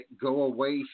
go-away